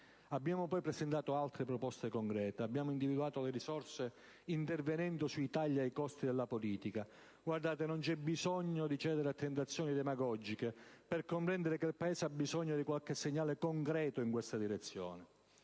Abbiamo poi presentato altre proposte concrete. Abbiamo individuato le risorse intervenendo sui tagli ai costi della politica. Guardate, non c'è bisogno di cedere a tentazioni demagogiche per comprendere che il Paese ha bisogno di qualche segnale concreto in questa direzione.